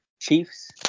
Chiefs